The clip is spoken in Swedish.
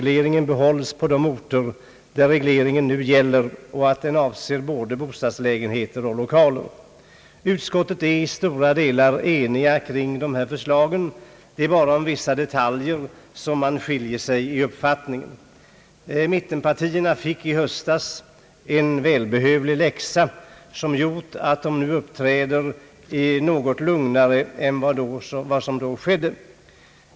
leringen behålls på de orter där regleringen nu gäller och att den avser både bostadslägenheter och lokaler. Utskottet är i stora delar enigt om dessa förslag. Det är bara i vissa detaljer man skiljer sig i uppfattningen. Mittenpartierna fick i höstas en välbehövlig läxa som gjorde att de nu uppträder något lugnare än då.